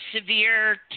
severe